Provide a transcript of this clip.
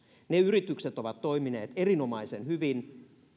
ne yritykset ovat toimineet erinomaisen hyvin